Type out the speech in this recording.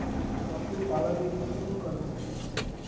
पशुपालन कुंसम करूम?